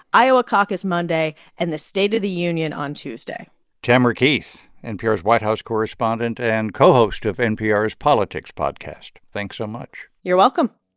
iowa caucus monday and the state of the union on tuesday tamara keith, npr's white house correspondent and co-host of npr's politics podcast. thanks so much you're welcome